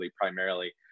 primarily